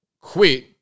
quit